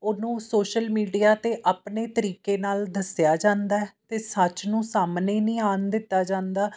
ਉਹਨੂੰ social media 'ਤੇ ਆਪਣੇ ਤਰੀਕੇ ਨਾਲ ਦੱਸਿਆ ਜਾਂਦਾ ਅਤੇ ਸੱਚ ਨੂੰ ਸਾਹਮਣੇ ਨਹੀਂ ਆਉਣ ਦਿੱਤਾ ਜਾਂਦਾ